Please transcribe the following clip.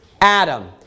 Adam